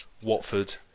Watford